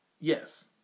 yes